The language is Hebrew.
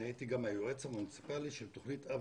אני הייתי היועץ המוניציפלי של תוכנית אב